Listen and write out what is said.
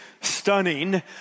stunning